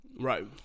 Right